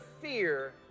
fear